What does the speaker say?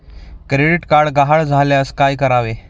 Credit card गहाळ झाल्यास काय करावे?